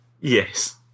Yes